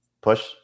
push